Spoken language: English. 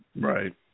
Right